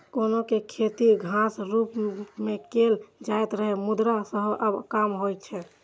कौनी के खेती घासक रूप मे कैल जाइत रहै, मुदा सेहो आब कम होइ छै